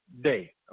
day